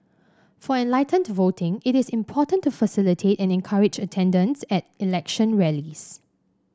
for enlightened voting it is important to facilitate and encourage attendance at election rallies